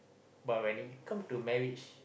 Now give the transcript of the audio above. but when it come to marriage